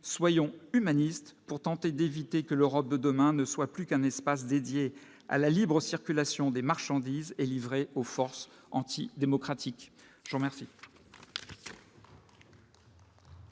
soyons humaniste pour tenter d'éviter que l'Europe de demain ne soit plus qu'un espace dédié à la libre circulation des marchandises et livré aux forces anti-démocratiques,